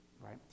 right